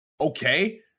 okay